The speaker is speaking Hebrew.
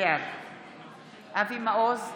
בעד אבי מעוז,